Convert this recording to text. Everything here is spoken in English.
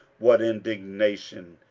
what indignation,